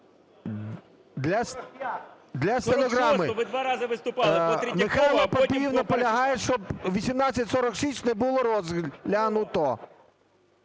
Для стенограми. Михайло Папієв наполягає, що 1846 не було розглянуто.